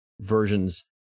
versions